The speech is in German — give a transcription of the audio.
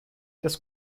das